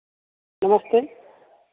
नमस्ते